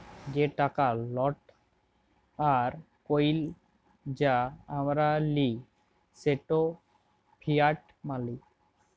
যে টাকা লট আর কইল যা আমরা লিই সেট ফিয়াট মালি